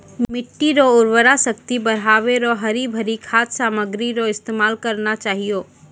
मिट्टी रो उर्वरा शक्ति बढ़ाएं रो हरी भरी खाद सामग्री रो इस्तेमाल करना चाहियो